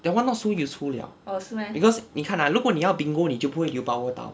that one not so useful liao because 你看 ah 如果你要 bingo 你就不会有 power tile